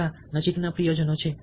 મારા નજીકના પ્રિયજનો છે